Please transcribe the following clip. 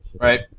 Right